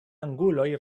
anguloj